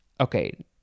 Okay